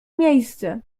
miejsce